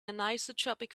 anisotropic